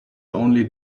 only